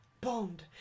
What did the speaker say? Bond